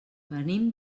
venim